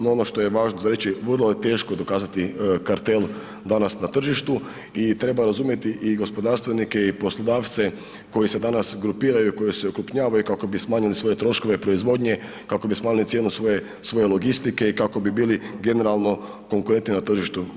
No, ono što je važno za reći, vrlo je teško dokazati kartel danas na tržištu i treba razumjeti i gospodarstvenike i poslodavce koji se danas grupiraju, koji se okrupnjavaju kako bi smanjili svoje troškove proizvodnje, kako bi smanjili cijenu svoje, svoje logistike i kako bi bili generalno konkurentni na tržištu.